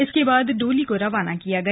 इसके बाद डोली को रवाना किया गया